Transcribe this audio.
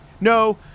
No